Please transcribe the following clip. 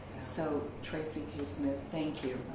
so, tracy k. smith, thank you.